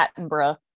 Attenborough